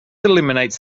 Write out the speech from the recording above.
eliminates